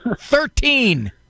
Thirteen